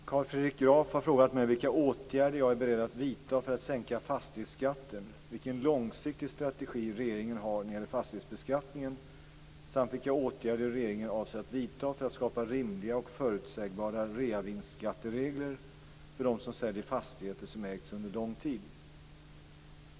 Fru talman! Carl Fredrik Graf har frågat mig vilka åtgärder jag är beredd att vidta för att sänka fastighetsskatten, vilken långsiktig strategi regeringen har när det gäller fastighetsbeskattningen samt vilka åtgärder regeringen avser att vidta för att skapa rimliga och förutsägbara reavinstskatteregler för dem som säljer fastigheter som ägts under lång tid.